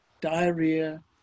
diarrhea